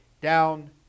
down